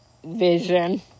...vision